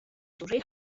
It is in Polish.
dużej